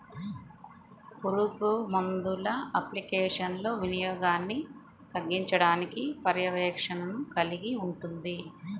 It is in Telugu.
పురుగుమందుల అప్లికేషన్ల వినియోగాన్ని తగ్గించడానికి పర్యవేక్షణను కలిగి ఉంటుంది